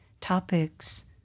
topics